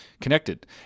Connected